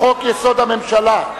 לחוק-יסוד: הממשלה.